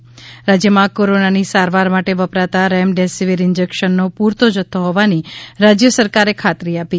ેઃ રાજ્યમાં કોરોનાની સારવાર માટે વપરાતાં રેમડેસીવીર ઈન્જેશનનો પૂરતો જથ્થો હોવાની રાજ્ય સરકારે ખાતરી આપી